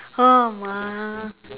oh my